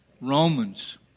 Romans